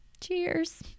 Cheers